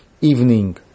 evening